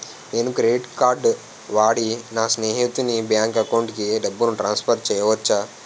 నేను credit card వాడి నా స్నేహితుని బ్యాంక్ అకౌంట్ కి డబ్బును ట్రాన్సఫర్ చేయచ్చా?